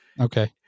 Okay